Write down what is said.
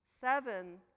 seven